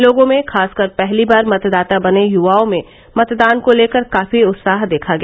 लोगों में खासकर पहली बार मतदाता बने युवाओं में मतदान को लेकर काफी उत्साह देखा गया